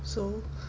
so